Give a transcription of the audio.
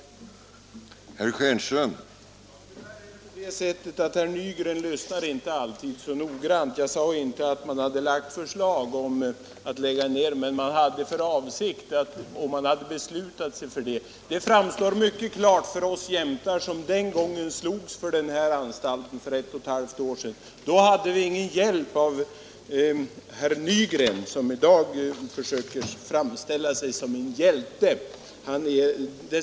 | 143 värden